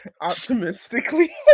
optimistically